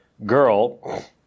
girl